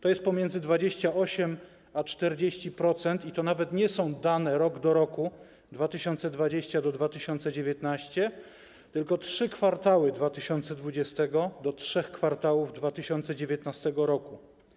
To jest pomiędzy 28 a 40%, i to nawet nie są dane rok do roku 2020 do 2019, tylko trzy kwartały 2020 do trzech kwartałów 2019 r.